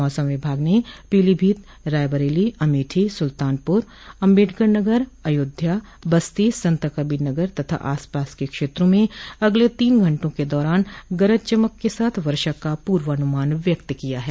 मौसम विभाग ने पीलीभीत रायबरेली अमेठी सुल्तानपुर अम्बेडकर नगर अयोध्या बस्ती संतकबीरनगर तथा आसपास के क्षेत्रों में अगले तीन घंटों के दौरान गरज चमक के साथ वर्षा का पूर्वानुमान व्यक्त किया है